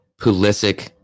Pulisic